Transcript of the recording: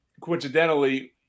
coincidentally